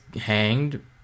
hanged